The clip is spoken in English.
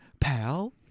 pal